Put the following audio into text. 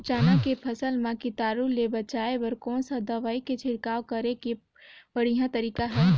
चाना के फसल मा कीटाणु ले बचाय बर कोन सा दवाई के छिड़काव करे के बढ़िया तरीका हे?